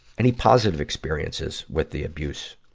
any positive experiences with the abuse,